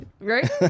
Right